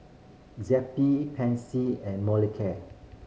Zappy Pansy and Molicare